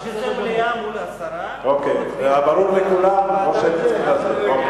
מליאה מול הסרה, ברור לכולם או שאני צריך להסביר?